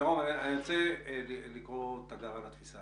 מירום , ברשותך, אני רוצה לקרוא תגר על השיחה.